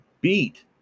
beat